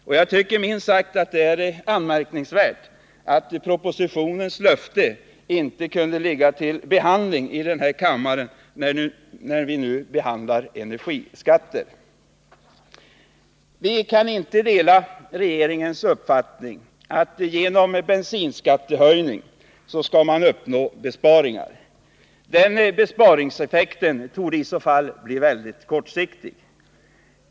Det är minst sagt anmärkningsvärt att propositionen nu inte föreligger för behandling här i kammaren när vi ändå diskuterar energiskatter. Vi kan inte dela regeringens uppfattning, att man genom bensinskattehöjning skall kunna åstadkomma besparingar. Den besparingseffekten torde i så fall bli väldigt kortsiktig.